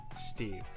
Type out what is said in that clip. steve